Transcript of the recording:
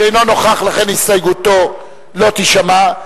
שאינו נוכח ולכן הסתייגותו לא תישמע,